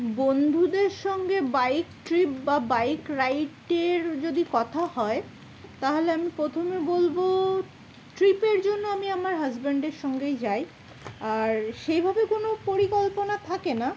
বন্ধুদের সঙ্গে bike trip বা বাইক রাইডের যদি কথা হয় তাহলে আমি প্রথমে বলবো ট্রিপের জন্য আমি আমার হাজব্যান্ডের সঙ্গেই যাই আর সেইভাবে কোনো পরিকল্পনা থাকে না